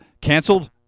canceled